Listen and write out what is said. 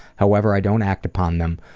however, i don't act upon them.